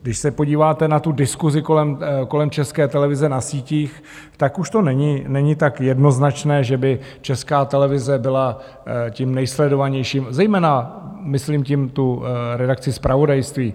Když se podíváte na tu diskusi kolem České televize na sítích, tak už to není tak jednoznačné, že by Česká televize byla tím nejsledovanějším, zejména myslím tím redakci zpravodajství.